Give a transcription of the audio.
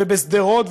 ובשדרות,